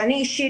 ואני אישית,